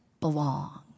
belong